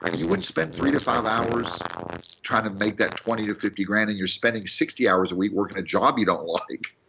and you wouldn't spend three to five hours trying to make that twenty to fifty grand, and you're spending sixty hours a week working a job you don't like.